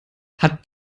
hat